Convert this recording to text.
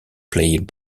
played